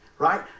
right